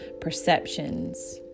perceptions